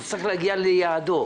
זה צריך להגיע ליעדו.